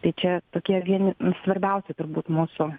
tai čia tokie vieni svarbiausių turbūt mūsų